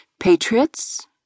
Patriots